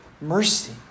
mercy